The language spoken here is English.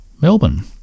Melbourne